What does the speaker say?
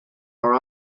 are